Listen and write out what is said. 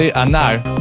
and now.